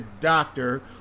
doctor